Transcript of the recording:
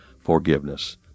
forgiveness